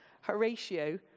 Horatio